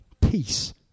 peace